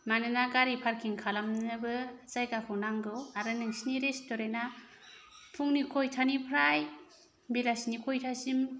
मानोना गारि पार्किं खालामनोबो जायगाखौ नांगौ आरो नोंसोरनि रेस्टुरेन्तना फुंनि कयतानिफ्राय बेलासिनि कयतासिम